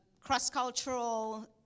cross-cultural